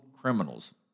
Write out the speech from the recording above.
criminals